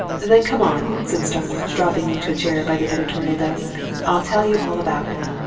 then come on, said starmidge, dropping into chair by the editorial desk. i'll tell you all about it.